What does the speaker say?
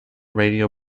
radio